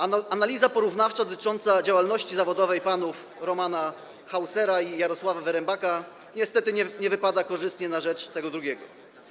Analiza porównawcza dotycząca działalności zawodowej panów Romana Hausera i Jarosława Wyrembaka niestety nie wypada korzystnie na rzecz tego drugiego.